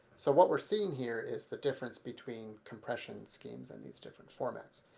so what we're seeing here is the difference between compression schemes in these different formats.